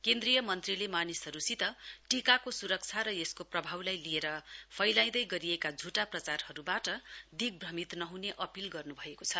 केन्द्रीय मन्त्रीले मानिसहरूसित टीकाको सुरक्षा र यसको प्रभावलाई लिएर फैलाइँदै गरेको झुठा प्रचारहरूबाट दिग्भ्रमित नह्ने अपील गर्न्भएको छ